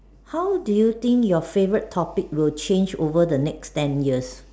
how do you think your favourite topic will change over the next ten years